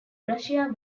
russia